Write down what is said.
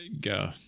Go